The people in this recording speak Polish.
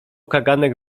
kaganek